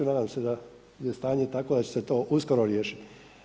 Nadam se da je stanje takvo da će se to uskoro riješiti.